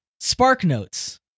Sparknotes